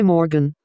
Morgan